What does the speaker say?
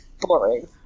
boring